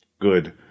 Good